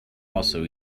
also